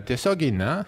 tiesiogiai ne